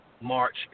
march